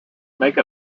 make